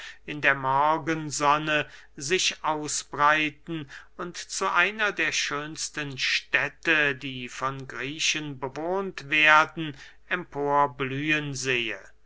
in der morgensonne sich ausbreiten und zu einer der schönsten städte die von griechen bewohnt werden emporblühen sehe